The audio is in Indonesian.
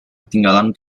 ketinggalan